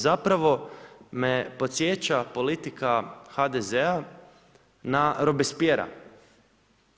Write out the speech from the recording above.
Zapravo me podsjeća politika HDZ-a na Robespierre-a.